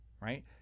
Right